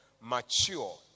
mature